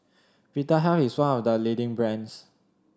Vitahealth is one of the leading brands